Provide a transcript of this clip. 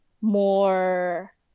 more